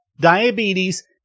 diabetes